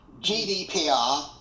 GDPR